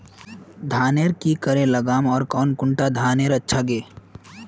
धानेर की करे लगाम ओर कौन कुंडा धानेर अच्छा गे?